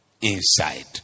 inside